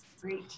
great